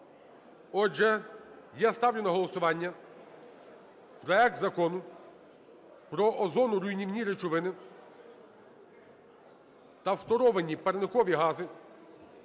Отже, ставлю на голосування проект Закону про озоноруйнівні речовини та фторовані парникові гази